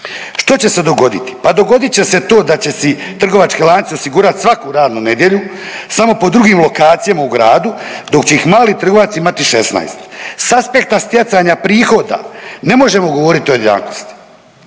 Što će se dogoditi? Pa dogodit će se to da će si trgovački lanci osigurat svaku radnu nedjelju samo po drugim lokacijama u gradu dok će ih mali trgovac imati 16. S aspekta stjecanja prihoda ne možemo govoriti o jednakosti.